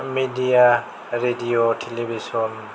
media radio television